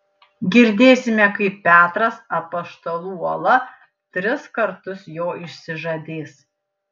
girdėsime kaip petras apaštalų uola tris kartus jo išsižadės